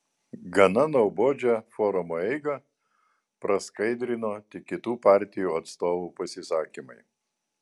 gana nuobodžią forumo eigą praskaidrino tik kitų partijų atstovų pasisakymai